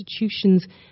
institutions